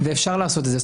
ואפשר לעשות זאת.